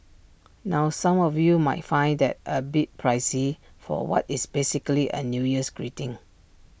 now some of you might find that A bit pricey for what is basically A new year's greeting